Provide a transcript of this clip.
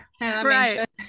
right